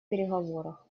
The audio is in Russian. переговоров